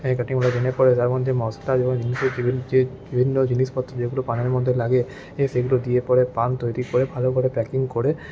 ক্যাটারিংওলার জেনে পরে তার মধ্যে মশলা যে বিভিন্ন জিনিষপত্র যেগুলো পানের মধ্যে লাগে সেগুলো দিয়ে পরে পান তৈরি করে ভালোভাবে প্যাকিং করে